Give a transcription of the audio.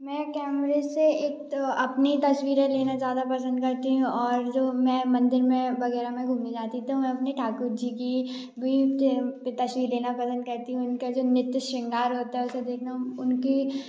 मैं कैमरे से एक तो अपनी तस्वीरें लेना ज्यादा पसंद करती हूँ और जो मैं मंदिर में वगैरह में घूमने जाती तो मैं अपने ठाकुर जी की तस्वीर लेना पसंद करती हूँ उनका जो नित्य शृंगार होता है उसे देखना उनकी